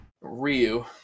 Ryu